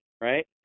right